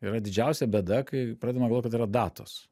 yra didžiausia bėda kai pradedama galvot kad tai yra datos